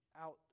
out